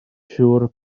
siŵr